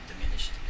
diminished